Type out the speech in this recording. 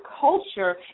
culture